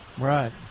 Right